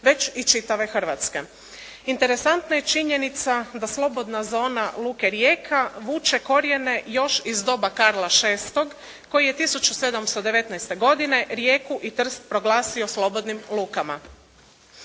već i čitave Hrvatske. Interesantna je činjenica da slobodna zona luke Rijeka vuče korijene još iz doba Karla VI koji je 1719. godine Rijeku i Trst proglasio slobodnim lukama.